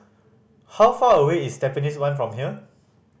how far away is Tampines One from here